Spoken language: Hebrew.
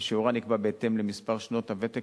ושיעורה נקבע בהתאם למספר שנות הוותק